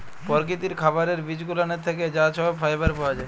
পরকিতির খাবারের বিজগুলানের থ্যাকে যা সহব ফাইবার পাওয়া জায়